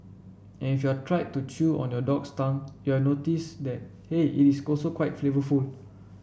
and if you are tried to chew on your dog's tongue you are notice that hey it is also quite flavourful